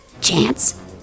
Chance